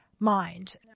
Mind